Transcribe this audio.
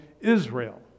Israel